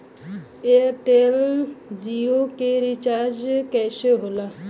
Airtel Jio के recharge कैसे होला?